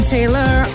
Taylor